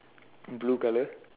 blue colour